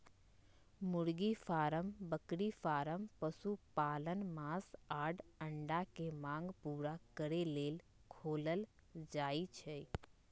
मुर्गी फारम बकरी फारम पशुपालन मास आऽ अंडा के मांग पुरा करे लेल खोलल जाइ छइ